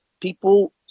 people